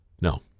No